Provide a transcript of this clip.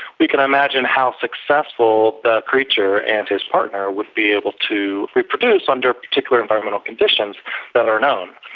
we could imagine how successful the creature and his partner would be able to reproduce under particular environmental conditions that are known.